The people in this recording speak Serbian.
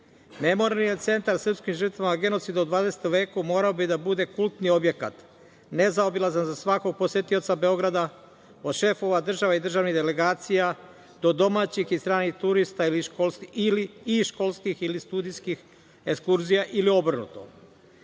veka. Memorijalni centar srpskim žrtvama genocida u 20. veku morao bi da bude kultni objekat, nezaobilazan za svakog posetioca Beograda, od šefova država i državnih delegacija, do domaćih i stranih turista i školskih ili studijskih ekskurzija ili obrnuto,